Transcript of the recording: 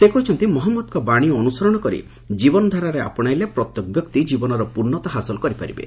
ସେ କହିଛନ୍ତି ମହମ୍ମଦଙ୍କ ବାଣୀ ଅନୁସରଣ କରି ଜୀବନଧାରାରେ ଆପଣାଇଲେ ପ୍ରତ୍ୟେକ ବ୍ୟକ୍ତି ଜୀବନର ପ୍ରର୍ଷତା ହାସଲ କରିପାରିବେ